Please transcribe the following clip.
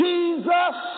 Jesus